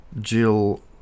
Jill